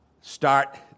start